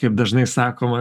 kaip dažnai sakoma